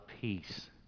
peace